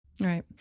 right